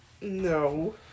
No